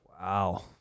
Wow